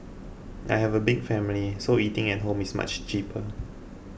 I have a big family so eating at home is much cheaper